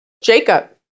Jacob